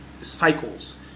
cycles